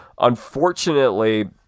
Unfortunately